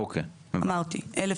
אנחנו